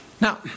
Now